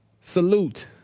Salute